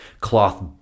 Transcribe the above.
cloth